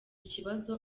ikibazo